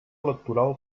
electoral